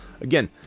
Again